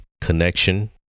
connection